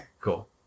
cool